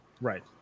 right